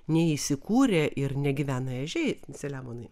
neįsikūrė ir negyvena ežiai selemonai